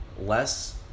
less